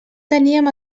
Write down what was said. teníem